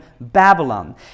Babylon